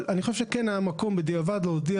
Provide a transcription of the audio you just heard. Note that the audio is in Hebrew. אבל אני חושב שכן היה מקום בדיעבד להודיע